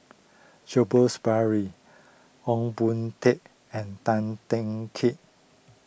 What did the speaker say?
Jacobs Ballas Ong Boon Tat and Tan Teng Kee